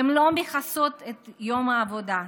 הן לא מכסות את יום העבודה,